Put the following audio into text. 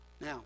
Now